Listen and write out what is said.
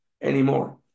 anymore